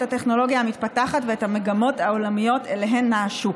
הטכנולוגיה המתפתחת ואת המגמות העולמיות שאליהן נע השוק.